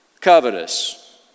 covetous